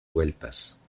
vueltas